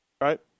right